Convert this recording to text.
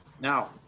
Now